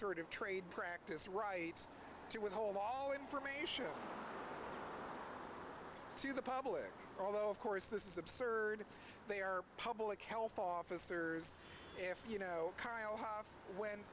sort of trade practice rights to withhold all information to the public although of course this is absurd they are public health officers if you know when